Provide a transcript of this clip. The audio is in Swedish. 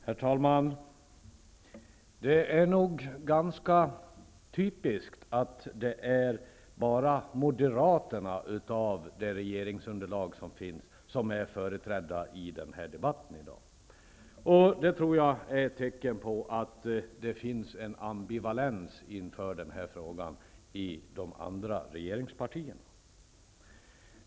Herr talman! Det är nog ganska typiskt att det från regeringsunderlaget bara är Moderaterna som är företrädda i den här debatten i dag. Det tror jag är ett tecken på att det finns en ambivalens inför den här frågan i de andra regeringspartierna.